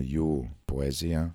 jų poeziją